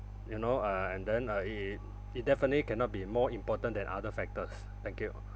you know uh and then uh it it it definitely cannot be more important than other factors thank you